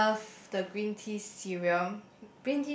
love the green tea serum